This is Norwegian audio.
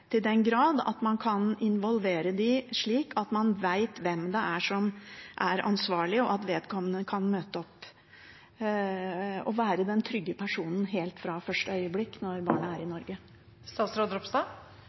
i den grad at man kan involvere dem og vite hvem som er ansvarlig, og at vedkommende kan møte opp og helt fra første øyeblikk være den trygge personen når barna er i